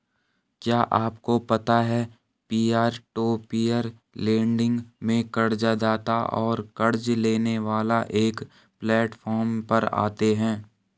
क्या आपको पता है पीयर टू पीयर लेंडिंग में कर्ज़दाता और क़र्ज़ लेने वाला एक प्लैटफॉर्म पर आते है?